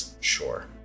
sure